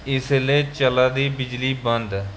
इसलै चला दी बिजली बंद ऐ